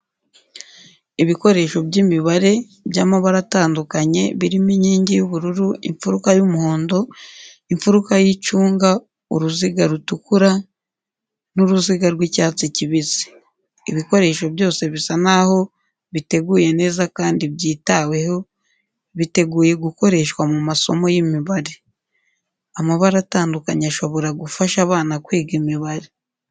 Ibikoresho by'imibare by'amabara atandukanye, birimo inkingi y'ubururu, imfuruka y'umuhondo, imfuruka y'icunga, uruziga rutukura, n'uruziga rw'icyatsi kibisi. Ibikoresho byose bisa n'aho biteguye neza kandi byitaweho, biteguye gukoreshwa mu masomo y'imibare. Amabara atandukanye ashobora gufasha abana kwiga imibare.